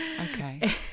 okay